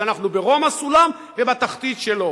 כשאנחנו ברום הסולם ובתחתית שלו.